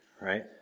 Right